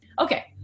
Okay